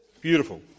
beautiful